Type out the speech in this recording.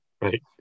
right